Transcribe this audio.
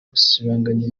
gusibanganya